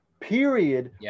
period